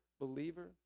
believer